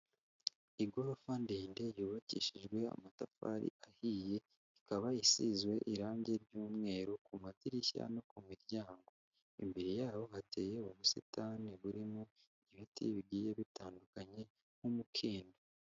Igorofa ndende yubakishijwe amatafari ahiye, ikaba isizwe irangi ry'umweru ku madirishya no ku miryango. Imbere yaho hateye ubusitani burimo ibiti bigiye bitandukanye nk'umukindo.